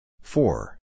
Four